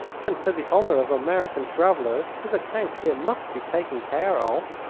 and for the honor of american travellers his account here must be taken care of.